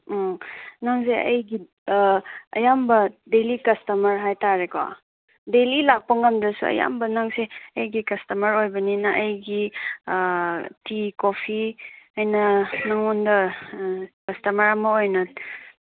ꯅꯪꯁꯦ ꯑꯩꯒꯤ ꯑꯌꯥꯝꯕ ꯗꯦꯂꯤ ꯀꯥꯁꯇꯃꯔ ꯍꯥꯏꯕꯇꯥꯔꯦꯀꯣ ꯗꯦꯂꯤ ꯂꯥꯛꯄ ꯉꯝꯗ꯭ꯔꯁꯨ ꯑꯌꯥꯝꯕ ꯅꯪꯁꯦ ꯑꯩꯒꯤ ꯀꯁꯇꯃꯔ ꯑꯣꯏꯕꯅꯤꯅ ꯑꯩꯒꯤ ꯑꯩꯒꯤ ꯇꯤ ꯀꯣꯐꯤ ꯑꯩꯅ ꯅꯪꯉꯣꯟꯗ ꯀꯁꯇꯃꯔ ꯑꯃ ꯑꯣꯏꯅ